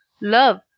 love